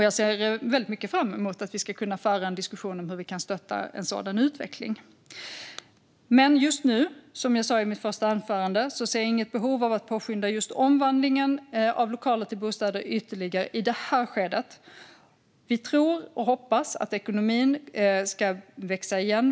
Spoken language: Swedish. Jag ser väldigt mycket fram emot att vi ska kunna föra en diskussion om hur vi kan stötta en sådan utveckling. Men som jag sa i mitt interpellationssvar ser jag just nu inget behov av att påskynda just omvandlingen av lokaler till bostäder ytterligare i det här skedet. Vi tror och hoppas att ekonomin ska växa igen.